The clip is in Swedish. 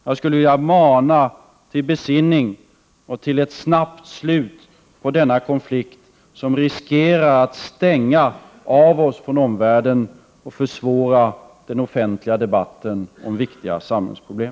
Jag skulle vilja mana till besinning och till ett snabbt slut på denna konflikt, som riskerar att stänga av oss från omvärlden och försvåra den offentliga debatten om viktiga samhällsproblem.